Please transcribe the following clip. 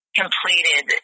completed